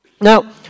Now